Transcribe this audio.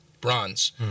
bronze